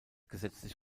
gesetzlich